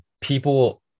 people